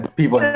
people